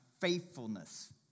faithfulness